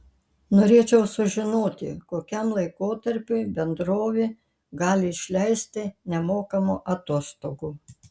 norėčiau sužinoti kokiam laikotarpiui bendrovė gali išleisti nemokamų atostogų